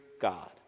God